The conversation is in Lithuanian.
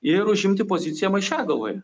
ir užimti poziciją maišiagaloj